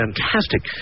fantastic